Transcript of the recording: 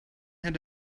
had